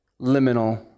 liminal